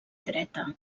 dreta